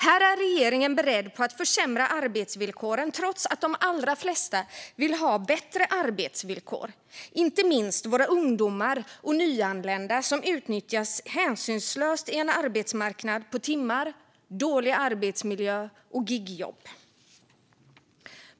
Här är regeringen beredd att försämra arbetsvillkoren trots att de allra flesta vill ha bättre arbetsvillkor. Det gäller inte minst våra ungdomar och nyanlända som utnyttjas hänsynslöst på en arbetsmarknad på timmar, i dålig arbetsmiljö och med gigjobb.